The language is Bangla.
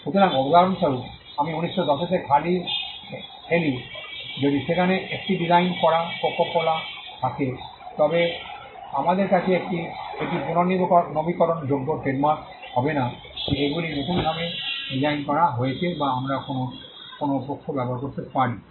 সুতরাং উদাহরণস্বরূপ আমি 1910 তে খেলি যদি সেখানে 1 টি ডিজাইন করা কোকো কোলা থাকে তবে আমাদের কাছে এটি পুনর্নবীকরণযোগ্য ট্রেডমার্ক হবে না যে এগুলি নূতনভাবে ডিজাইন করা হয়েছে যা আমরা অন্য কোনও পক্ষ ব্যবহার করতে পারি